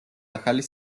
ახალი